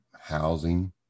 housing